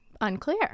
Unclear